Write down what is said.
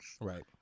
right